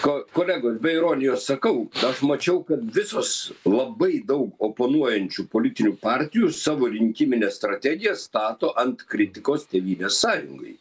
ko kolegos be ironijos sakau aš mačiau kad visos labai daug oponuojančių politinių partijų savo rinkimines strategijas stato ant kritikos tėvynės sąjungai